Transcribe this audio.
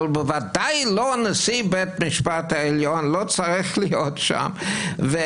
אבל בוודאי נשיא בית המשפט העליון לא צריך להיות שם.